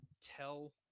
tell